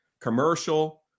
commercial